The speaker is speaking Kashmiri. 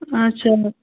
آچھا